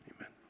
Amen